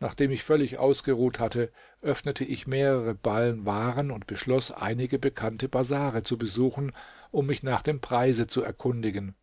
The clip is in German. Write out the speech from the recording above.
nachdem ich völlig ausgeruht hatte öffnete ich mehrere ballen waren und beschloß einige bekannte bazare zu besuchen um mich nach dem preise zu erkundigen